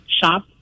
shop